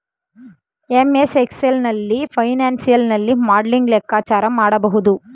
MS Excel ನಲ್ಲಿ financial ನಲ್ಲಿ modelling ಲೆಕ್ಕಾಚಾರ ಮಾಡಬಹುದು